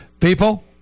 people